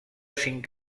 cinc